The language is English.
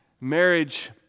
Marriage